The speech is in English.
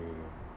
they